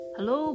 Hello